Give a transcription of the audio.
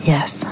Yes